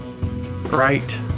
right